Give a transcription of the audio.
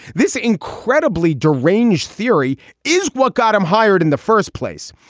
this incredibly deranged theory is what got him hired in the first place.